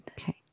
Okay